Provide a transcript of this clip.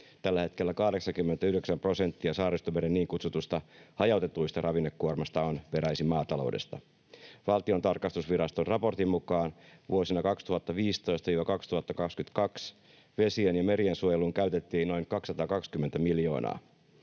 Tällä hetkellä 89 prosenttia Saaristomeren niin kutsutusta hajautetusta ravinnekuormasta on peräisin maataloudesta. Valtion tarkastusviraston raportin mukaan vuosina 2015—2022 vesien- ja meriensuojeluun käytettiin noin 220 miljoonaa.